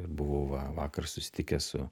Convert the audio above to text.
buvau va vakar susitikęs su